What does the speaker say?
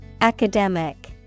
Academic